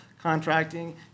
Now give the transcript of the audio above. contracting